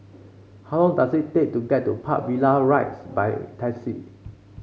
how long does it take to get to Park Villas Rise by taxi